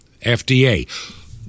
fda